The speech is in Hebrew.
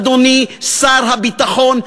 אדוני שר הביטחון,